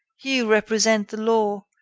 you represent the law,